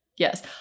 Yes